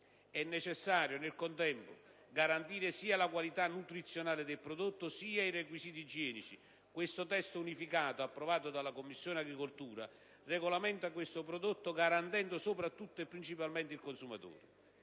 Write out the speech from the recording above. È necessario, nel contempo, garantire sia la qualità nutrizionale del prodotto, sia i requisiti igienici. Il testo unificato approvato dalla Commissione agricoltura regolamenta questo prodotto, garantendo soprattutto - e principalmente - il consumatore.